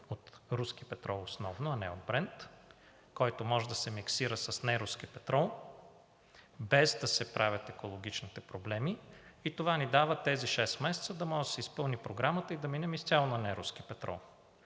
от руски петрол основно, а не от Брент, който може да се миксира с неруски петрол, без да се правят екологичните проблеми. Това ни дава тези шест месеца, за да може да се изпълни програма и да минем изцяло на неруски петрол.